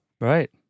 right